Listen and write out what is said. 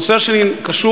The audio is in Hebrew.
הנושא השני קשור,